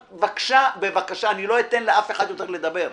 בבקשה, לא אתן לאף אחד יותר לדבר.